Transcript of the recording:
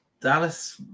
Dallas